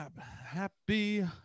Happy